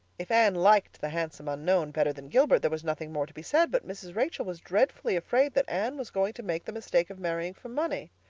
if anne liked the handsome unknown better than gilbert there was nothing more to be said but mrs. rachel was dreadfully afraid that anne was going to make the mistake of marrying for money.